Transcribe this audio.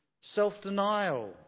self-denial